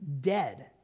dead